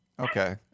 Okay